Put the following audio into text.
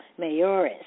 Mayoris